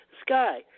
sky